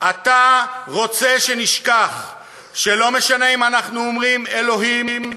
אתה רוצה שנשכח שלא משנה אם אנחנו אומרים אלוהים,